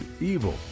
evil